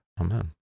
Amen